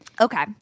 okay